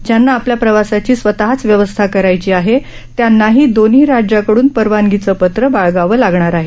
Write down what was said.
ज्यांना आपल्या प्रवासाची स्वतःच व्यवस्था करायची आहे त्यांनाही दोन्ही राज्यांकड्रन परवानगीची पत्रं बाळगावी लागणार आहेत